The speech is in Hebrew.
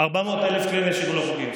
400,000 כלי נשק לא חוקיים.